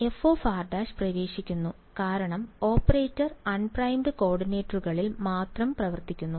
അതിനാൽ fr′ പ്രവേശിക്കുന്നു കാരണം ഓപ്പറേറ്റർ അൺപ്രൈംഡ് കോർഡിനേറ്റുകളിൽ മാത്രം പ്രവർത്തിക്കുന്നു